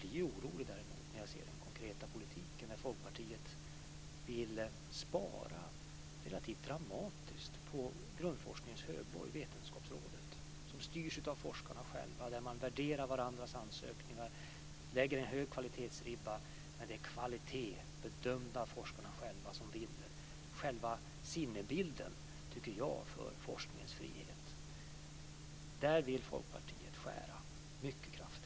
Däremot blir jag orolig när jag ser den konkreta politiken, när Folkpartiet vill spara relativt dramatiskt på grundforskningens högborg, Vetenskapsrådet, som styrs av forskarna själva, där man värderar varandras ansökningar, lägger en hög kvalitetsribba, men där det är kvalitet bedömd av forskarna själva som vinner. Det tycker jag är själva sinnebilden för forskningens frihet. Där vill Folkpartiet skära ned mycket kraftigt.